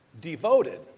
devoted